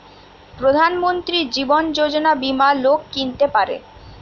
প্রধান মন্ত্রী জীবন যোজনা বীমা লোক কিনতে পারে